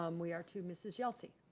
um we are to mrs. yelsey.